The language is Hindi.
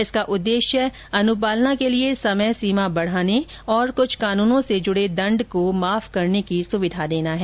इसका उद्देश्य अनुपालना के लिए समय सीमा बढ़ाने और कुछ कानूनों से जुडे दण्ड को माफ करने की सुविधा देना है